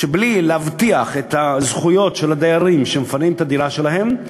שבלי להבטיח את הזכויות של הדיירים שמפנים את הדירות שלהם,